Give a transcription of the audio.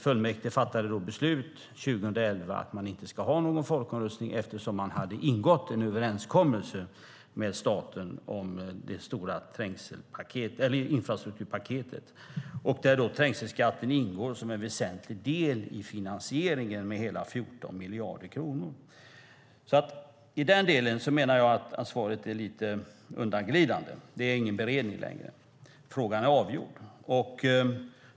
Fullmäktige fattade då beslut 2011 om att man inte skulle ha någon folkomröstning eftersom man hade ingått en överenskommelse med staten om det stora infrastrukturpaketet, där trängselskatten ingår som en väsentlig del i finansieringen med hela 14 miljarder kronor. I den delen menar jag att svaret är lite undanglidande. Det är ingen beredning längre; frågan är avgjord.